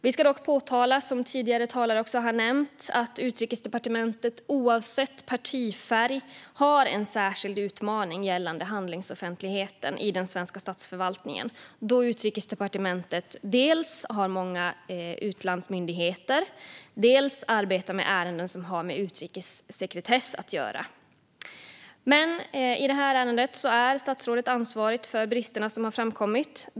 Vi ska påpeka, som tidigare talare också har nämnt, att Utrikesdepartementet oavsett partifärg har en särskild utmaning gällande handlingsoffentligheten i den svenska statsförvaltningen, då Utrikesdepartementet dels har utlandsmyndigheter, dels arbetar med ärenden som har med utrikessekretess att göra. I detta ärende är statsrådet ansvarigt för de brister som har framkommit.